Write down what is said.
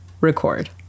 record